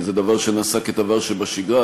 זה דבר שנעשה כדבר שבשגרה,